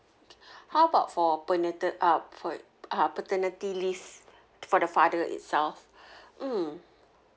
how about for pernat~ uh for uh paternity leave for the father itself mm